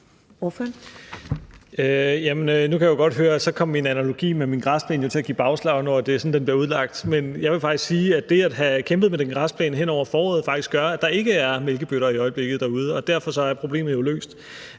nu kan jeg jo godt høre, at min analogi til min græsplæne kom til at give bagslag, når det er sådan, den bliver udlagt. Men jeg vil faktisk sige, at det at have kæmpet med den græsplæne hen over foråret faktisk gør, at der ikke er mælkebøtter i øjeblikket derude, og derfor er problemet jo løst.